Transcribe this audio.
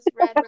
red